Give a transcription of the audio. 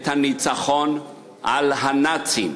את הניצחון על הנאצים,